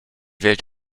welt